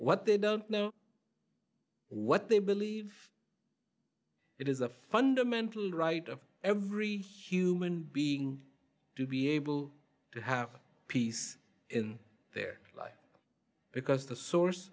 what they don't know what they believe it is a fundamental right of every human being to be able to have peace in their life because the source